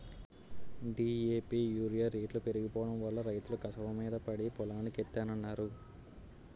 DAP urea రేట్లు పెరిగిపోడంవల్ల రైతులు కసవమీద పడి పొలానికెత్తన్నారు